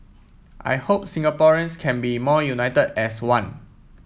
I hope Singaporeans can be more united as one